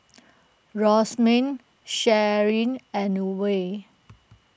Sharyn and Wayde